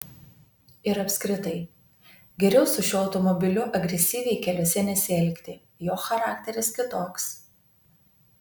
ir apskritai geriau su šiuo automobiliu agresyviai keliuose nesielgti jo charakteris kitoks